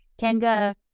kenga